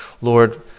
Lord